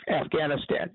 Afghanistan